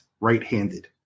right-handed